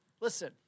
Listen